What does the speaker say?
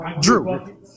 Drew